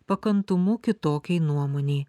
pakantumu kitokiai nuomonei